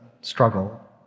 struggle